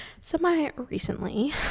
semi-recently